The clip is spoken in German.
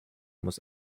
muss